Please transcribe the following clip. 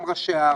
גם ראשי הערים,